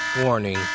Warning